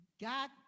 God